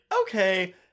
okay